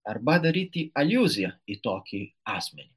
arba daryti aliuziją į tokį asmenį